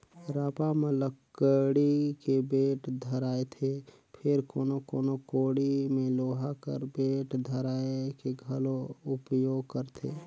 रापा म लकड़ी के बेठ धराएथे फेर कोनो कोनो कोड़ी मे लोहा कर बेठ धराए के घलो उपियोग करथे